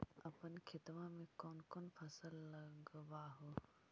अपन खेतबा मे कौन कौन फसल लगबा हू?